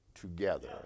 together